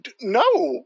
no